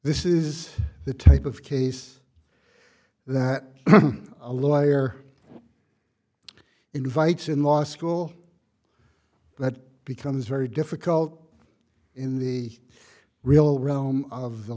this is the type of case that a lawyer invites in law school but becomes very difficult in the real realm of the